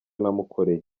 namukoreye